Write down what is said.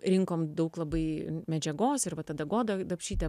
rinkom daug labai medžiagos ir va tada godą dapšytę